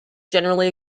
generally